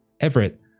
Everett